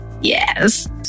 yes